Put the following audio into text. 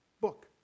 book